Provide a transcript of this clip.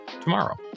tomorrow